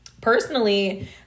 personally